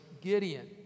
Gideon